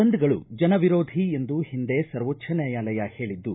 ಬಂದ್ಗಳು ಜನ ವಿರೋಧಿ ಎಂದು ಹಿಂದೆ ಸರ್ವೋಚ್ಚ ನ್ಯಾಯಾಲಯ ಹೇಳಿದ್ದು